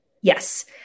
Yes